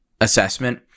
assessment